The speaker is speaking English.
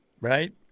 Right